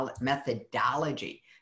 methodology